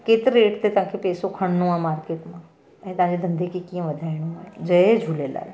केतिरे रेट ते तव्हांखे पैसो खणिणो आहे मार्केट मां ऐं तव्हांखे धंधे खे कीअं वधाइणो आहे जय झूलेलाल